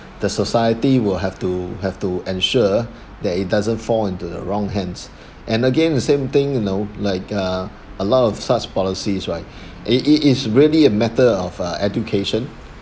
the society will have to have to ensure that it doesn't fall into the wrong hands and again the same thing you know like uh a lot of such policies right it it is really a matter of uh education